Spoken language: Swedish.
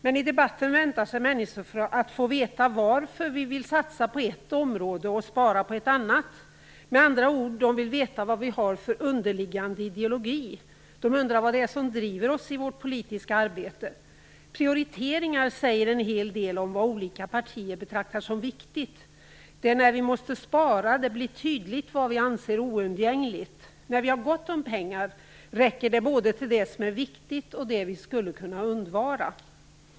Men i debatten väntar sig människor att få veta varför vi vill satsa på ett område och spara på ett annat. Med andra ord vill de veta vad vi har för underliggande ideologi. De undrar vad det är som driver oss i vårt politiska arbete. Prioriteringar säger en hel del om vad olika partier betraktar som viktigt. Det är när vi måste spara som det blir tydligt vad vi anser vara oundgängligt. När vi har gott om pengar räcker det både till det som är viktigt och till det som vi skulle kunna undvara.